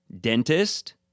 dentist